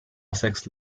essex